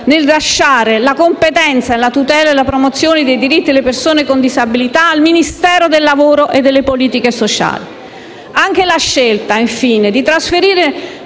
nel lasciare la competenza della tutela e della promozione dei diritti delle persone con disabilità al Ministero del lavoro e delle politiche sociali. Per quanto riguarda, infine, la scelta